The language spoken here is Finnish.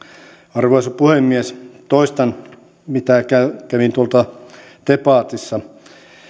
arvoisa puhemies toistan mitä sanon debatissa